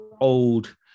old